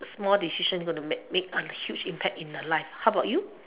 small decision going to make make on a huge impact in the life how about you